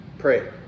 pray